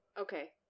Okay